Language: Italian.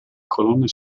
colonne